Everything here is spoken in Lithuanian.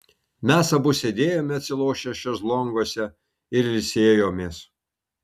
mes abu sėdėjome atsilošę šezlonguose ir ilsėjomės